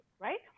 right